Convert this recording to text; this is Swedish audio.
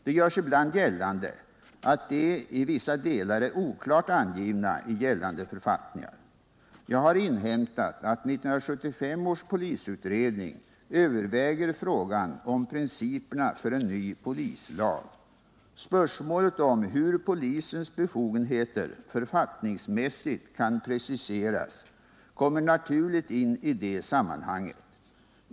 Det görs ibland gällande att de i vissa delar är oklart angivna i gällande författningar. Jag har inhämtat att 1975 års polisutredning överväger frågan om principerna för en ny polislag. Spörsmålet om hur polisens befogenheter författningsmässigt kan preciseras kommer att naturligt in i det sammanhanget.